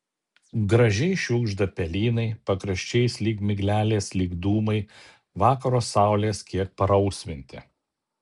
gražiai šiugžda pelynai pakraščiais lyg miglelės lyg dūmai vakaro saulės kiek parausvinti